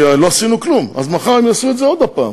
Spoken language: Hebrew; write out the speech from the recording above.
כי לא עשינו כלום, אז מחר הם יעשו את זה עוד פעם.